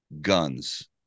guns